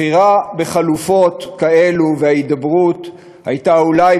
בחירה בחלופות כאלה והידברות היו אולי,